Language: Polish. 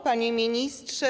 Panie Ministrze!